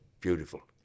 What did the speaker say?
beautiful